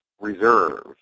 reserve